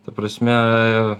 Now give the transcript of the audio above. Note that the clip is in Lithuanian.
ta prasme